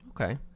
Okay